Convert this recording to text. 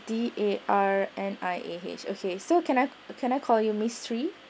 D A R N I A H okay so can I can I call you ms sri